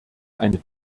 eine